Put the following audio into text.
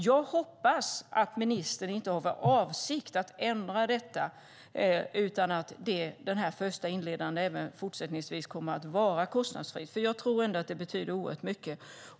Jag hoppas att ministern inte har för avsikt att ändra detta, utan att den första inledande rådgivningen även fortsättningsvis kommer att vara kostnadsfri. Jag tror att det betyder oerhört mycket.